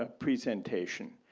ah presentation,